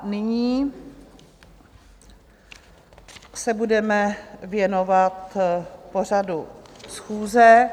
Nyní se budeme věnovat pořadu schůze.